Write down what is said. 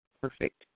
perfect